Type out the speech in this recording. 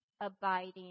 abiding